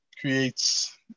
creates